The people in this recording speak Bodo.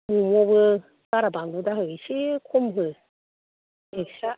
मम'आवबो बारा बानलु दाहो एसे खम हो एकस्रा